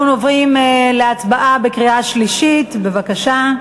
אנחנו עוברים להצבעה בקריאה שלישית, בבקשה.